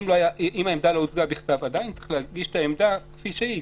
אם העמדה לא הוצגה בכתב עדיין צריך להגיש אותה כפי שהיא,